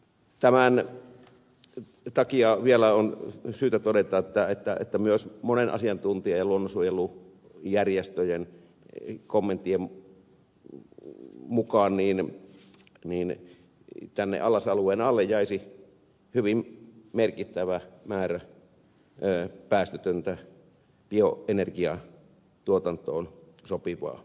tämän takia vielä on syytä todeta että myös monen asiantuntijan ja luonnonsuojelujärjestöjen kommenttien mukaan allasalueen alle jäisi hyvin merkittävä määrä päästötöntä bioenergiatuotantoon sopivaa maa aluetta